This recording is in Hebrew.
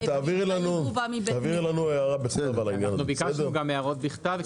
תעבירי לנו הערות בכתב.